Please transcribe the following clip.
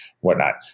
whatnot